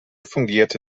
fungierte